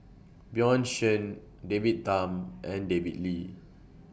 Bjorn Shen David Tham and David Lee